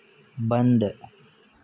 بند